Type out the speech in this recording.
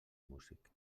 músic